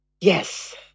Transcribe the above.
Yes